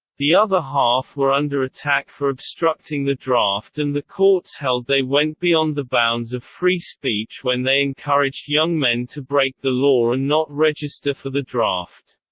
the other half were under attack for obstructing the draft and the courts held they went beyond the bounds of free speech when they encouraged young men to break the law and not register for the draft.